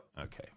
okay